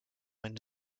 une